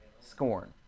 Scorn